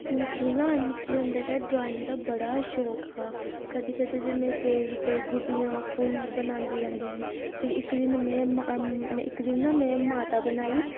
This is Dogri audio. मिकी न निक्की होंदे गै ड्राइंग दा बड़ा शौक हा कदें कदें ते में पेज उप्पर गुड्डियां फुल्ल बनांदी रैंह्दी ही फिर इक दिन में मा इक दिन ना में माता बनाई